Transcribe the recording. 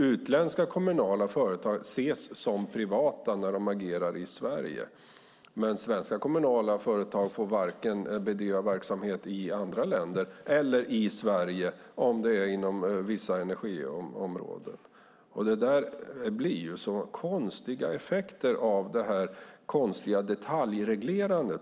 Utländska kommunala företag ses som privata när de agerar i Sverige, medan svenska kommunala företag inte får bedriva verksamhet vare sig i andra länder eller i Sverige inom vissa energiområden. Det blir så konstiga effekter av det här detaljreglerandet.